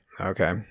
Okay